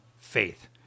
faith